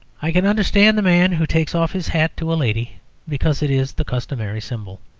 i can understand the man who takes off his hat to a lady because it is the customary symbol.